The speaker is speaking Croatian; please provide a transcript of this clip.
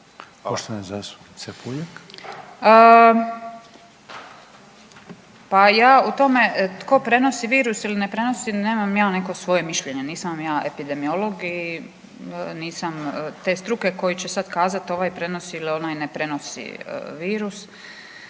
Marijana (Centar)** Pa ja u tome tko prenosi virus ili ne prenosi nemam ja neko svoje mišljenje. Nisam vam ja epidemiolog i nisam te struke koji će sada kazati ovaj prenosi ili onaj ne prenosi virus,